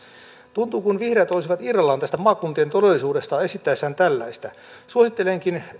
tuntuu siltä kuin vihreät olisivat irrallaan tästä maakuntien todellisuudesta esittäessään tällaista suosittelenkin